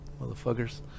motherfuckers